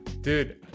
Dude